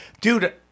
Dude